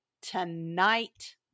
tonight